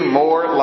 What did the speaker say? more